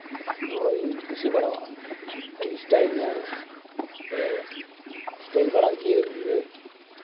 ᱟᱸᱝᱜᱽᱨᱚᱵ ᱤᱧ ᱠᱩᱥᱤ ᱵᱟᱲᱟᱭᱟᱜᱼᱟ ᱟᱨ ᱥᱴᱟᱭᱤᱞ ᱢᱟ ᱟᱫᱚ ᱥᱴᱟᱭᱤᱞ ᱵᱟᱲᱟᱜ ᱜᱤᱭᱟᱹᱧ ᱤᱱᱟᱹ